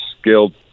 skilled